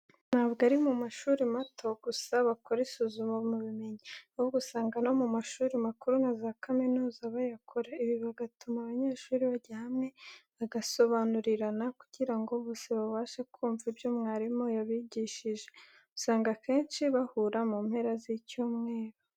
Ntabwo ari mu mashuri mato gusa bakora isuzumabumenyi, ahubwo usanga no mu mashuri makuru na za kaminuza bayakora, ibi bigatuma abanyeshuri bajya hamwe bagasobanurirana, kugira ngo bose babashe kumva ibyo mwarimu yabigishije. Usanga akenshi bahura mu mpera z'icyumweru.